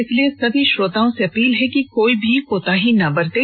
इसलिए सभी श्रोताओं से अपील है कि कोई भी कोताही ना बरतें